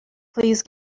please